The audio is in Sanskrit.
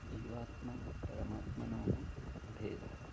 जीवात्मपरमात्मनोः अभेदः